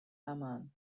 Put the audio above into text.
aman